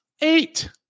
Eight